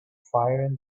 firing